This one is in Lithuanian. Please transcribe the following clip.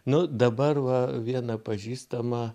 nu dabar va viena pažįstama